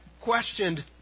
questioned